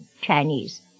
Chinese